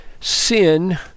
sin